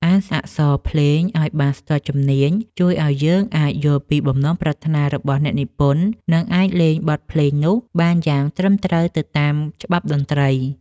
អានអក្សរភ្លេងឱ្យបានស្ទាត់ជំនាញជួយឱ្យយើងអាចយល់ពីបំណងប្រាថ្នារបស់អ្នកនិពន្ធ និងអាចលេងបទភ្លេងនោះបានយ៉ាងត្រឹមត្រូវទៅតាមច្បាប់តន្ត្រី។